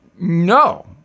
no